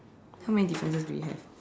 how many differences do we have